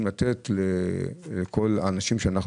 לתת לכל האנשים בהם אנחנו מטפלים.